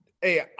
Hey